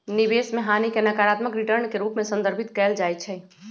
निवेश में हानि के नकारात्मक रिटर्न के रूप में संदर्भित कएल जाइ छइ